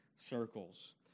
circles